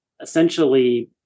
essentially